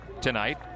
tonight